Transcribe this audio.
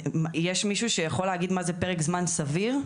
יש מישהו שיכול להגיד מה זה פרק זמן סביר?